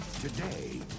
Today